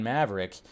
Maverick